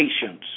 patience